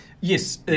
Yes